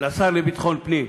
לשר לביטחון פנים.